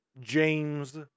James